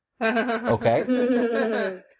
Okay